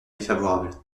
défavorable